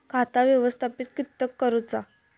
खाता व्यवस्थापित किद्यक करुचा?